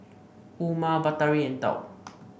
Umar Batari and Daud